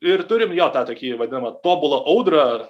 ir turim jo tą tokį vadinamą tobulą audrą ar